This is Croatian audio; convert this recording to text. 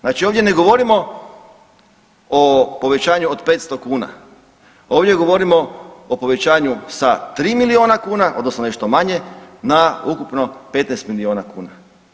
Znači ovdje ne govorimo o povećanju od 500 kuna ovdje govorimo o povećanju sa 3 miliona kuna odnosno nešto manje na ukupno 15 milina kuna.